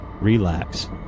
relax